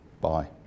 Bye